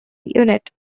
unit